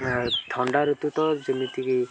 ଥଣ୍ଡା ଋତୁ ତ ଯେମିତିକି